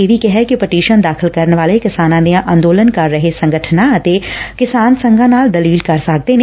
ਇਹ ਵੀ ਕਿਹੈ ਕਿ ਪਟੀਸ਼ਨ ਦਾਖ਼ਲ ਕਰਨ ਵਾਲੇ ਕਿਸਾਨਾਂ ਦੀਆ ਅੰਦੋਲਨ ਕਰ ਰਹੇ ਸੰਗਠਨਾਂ ਅਤੇ ਕੈਸਾਨ ਸੰਘਾਂ ਨਾਲ ਦਲੀਲ ਕਰ ਸਕਦੇ ਨੇ